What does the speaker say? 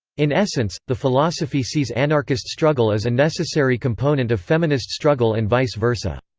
in essence, the philosophy sees anarchist struggle as a necessary component of feminist struggle and vice versa.